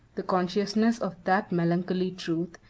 the consciousness of that melancholy truth,